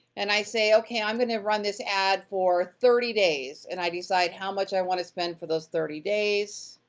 and i say, okay, i'm gonna run this ad for thirty days, and i decide how much i wanna spend for those thirty days.